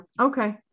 Okay